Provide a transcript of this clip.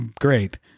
great